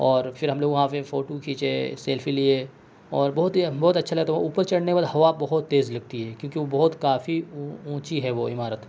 اور پھر ہم لوگ وہاں پہ فوٹو کھینچے سیلفی لیے اور بہت ہی بہت اچھا لگ رہا تھا وہ اوپر چڑھنے کے بعد ہوا بہت تیز لگتی ہے کیوں کہ وہ بہت کافی اونچی ہے وہ عمارت